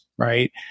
Right